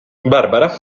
barbara